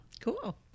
cool